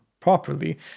properly